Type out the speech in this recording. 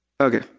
Okay